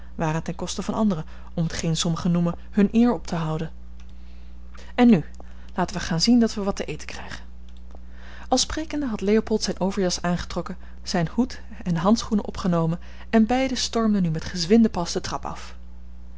het ten koste van anderen om t geen sommigen noemen hunne eer op te houden en n laten we gaan zien dat we wat te eten krijgen al sprekende had leopold zijn overjas aangetrokken zijn hoed en handschoenen genomen en beiden stormden nu met gezwinden pas de trap af